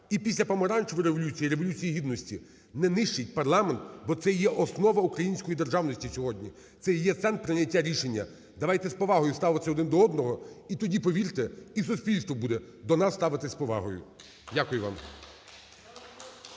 і після Помаранчевої революції, Революції Гідності – не нищить парламент, бо це є основа української державності сьогодні, це є центр прийняття рішення. Давайте з повагою ставитись один до одного, і тоді повірте, і суспільство буде до нас ставитись з повагою. Дякую вам.